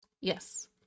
Yes